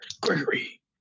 Gregory